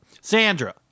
Sandra